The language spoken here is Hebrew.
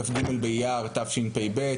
כ"ג באייר התשפ"ב,